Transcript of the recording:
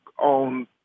on